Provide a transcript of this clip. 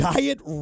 Diet